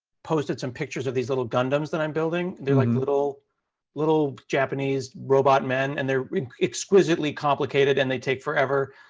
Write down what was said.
posted some pictures of these little gundams that i'm building. they're like little little japanese robot men, and they're exquisitely complicated and they take forever.